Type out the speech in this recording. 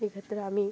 এক্ষেত্রে আমি